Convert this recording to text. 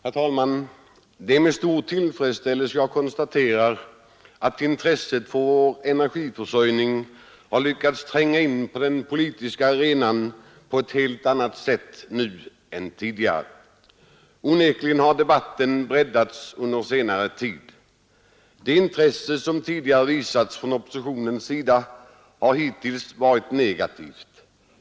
Herr talman! Det är med stor tillfredsställelse som jag konstaterar att intresset för vår energiförsörjning har lyckats tränga in på den politiska arenan på ett annat sätt nu än tidigare. Onekligen har debatten breddats under senare tid. Det intresse som visats från oppositionens sida har hittills varit negativt.